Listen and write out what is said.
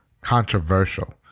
controversial